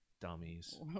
Dummies